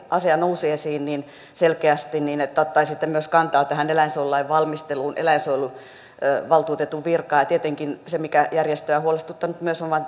asia nousi esiin niin selkeästi että ottaisitte kantaa myös tähän eläinsuojelulain valmisteluun eläinsuojeluvaltuutetun virkaan ja tietenkin se mikä järjestöjä on huolestuttanut myös